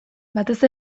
batez